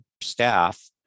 staff